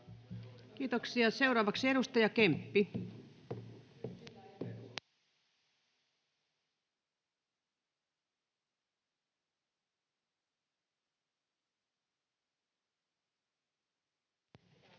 Kiitoksia. — Seuraavaksi edustaja Kemppi. [Speech